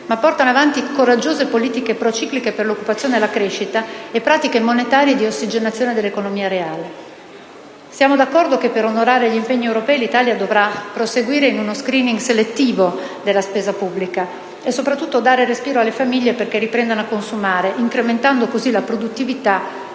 ma portano avanti coraggiose politiche procicliche per l'occupazione e la crescita e pratiche monetarie di ossigenazione dell'economia reale. Siamo d'accordo che per onorare gli impegni europei l'Italia dovrà proseguire in uno *screening* selettivo della spesa pubblica e soprattutto dare respiro alle famiglie perché riprendano a consumare, incrementando così la produttività